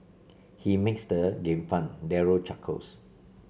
he makes the game fun Daryl chuckles